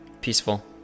Peaceful